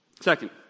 Second